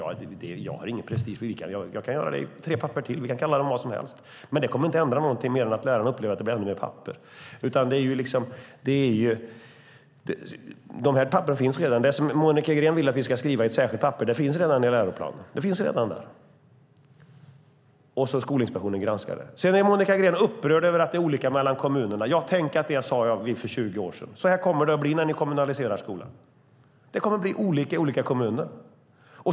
Jag är inte prestigefylld, jag kan göra det. Tre papper till, vi kan kalla dem vad som helst. Men det kommer inte att ändra någonting mer än att lärarna upplever att det blir ännu mer papper. De här papperen finns redan. Det som Monica Green vill att vi ska skriva ett särskilt papper om finns redan i läroplanen. Det finns redan där, och Skolinspektionen granskar det. Sedan är Monica Green upprörd över att det är olika mellan kommunerna. Tänk att det sade jag för 20 år sedan. Så här kommer det att bli när ni kommunaliserar skolan. Det kommer att bli olika i olika kommuner.